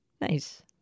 Nice